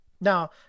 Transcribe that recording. Now